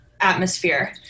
atmosphere